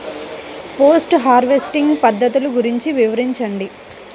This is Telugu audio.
పోస్ట్ హార్వెస్టింగ్ పద్ధతులు గురించి వివరించండి?